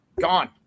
gone